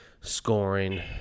scoring